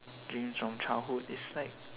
dreams from childhood is like